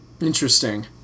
interesting